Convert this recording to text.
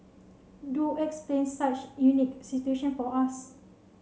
do explain such unique situation for us